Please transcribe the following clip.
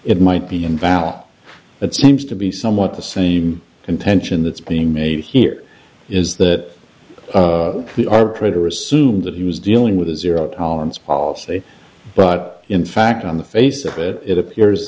it might be invalid it seems to be somewhat the same contention that's being made here is that we are printer assumed that he was dealing with a zero tolerance policy but in fact on the face of it it appears